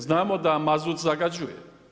Znamo da mazut zagađuje.